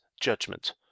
judgment